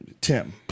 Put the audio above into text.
Tim